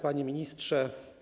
Panie Ministrze!